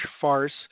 farce